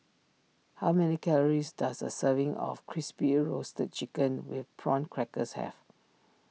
how many calories does a serving of Crispy Roasted Chicken with Prawn Crackers have